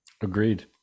Agreed